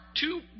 two